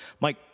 Mike